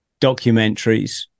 documentaries